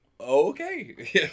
Okay